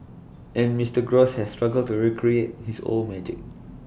and Mister gross has struggled to recreate his old magic